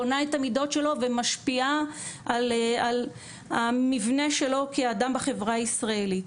בונה את המידות שלו ומשפיעה על המבנה שלו כאדם בחברה הישראלית.